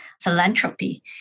philanthropy